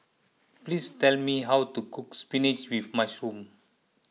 please tell me how to cook Spinach with Mushroom